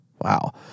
Wow